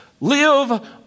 live